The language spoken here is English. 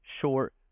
short